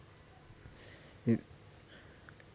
yup